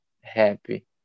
happy